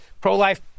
pro-life